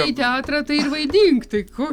į teatrą tai ir vaidink tai ko